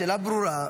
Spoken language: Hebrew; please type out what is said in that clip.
השאלה ברורה.